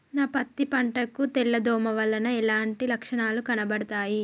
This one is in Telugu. నా పత్తి పంట కు తెల్ల దోమ వలన ఎలాంటి లక్షణాలు కనబడుతాయి?